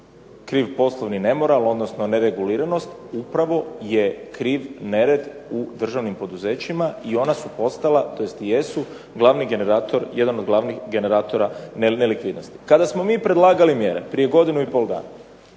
kriv poslovni nemoral, odnosno nereguliranost. Upravo je kriv nered u državnim poduzećima i ona su postala tj. jesu glavni generator, jedan od glavnih generatora nelikvidnosti. Kada smo mi predlagali mjere prije godinu i pol dana